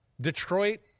Detroit